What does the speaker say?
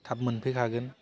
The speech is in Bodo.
थाब मोनफैखागोन